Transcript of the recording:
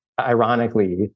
ironically